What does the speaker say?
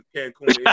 Cancun